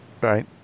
Right